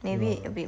you're right